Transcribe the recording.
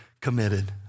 committed